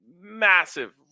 massive